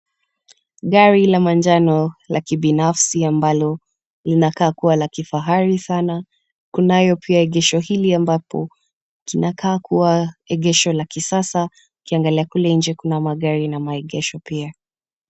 Gari la manjano la kibinafsi ambalo linakaa kuwa la kifahari sana. Kunayo pia egesho hili ambapo linakaa kuwa egesho la kisasa. Ukiangalia kule nje kuna magari yameegeshwa pia.